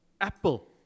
Apple